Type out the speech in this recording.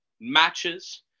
Matches